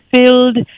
filled